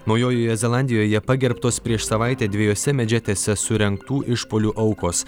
naujojoje zelandijoje pagerbtos prieš savaitę dviejose mečetėse surengtų išpuolių aukos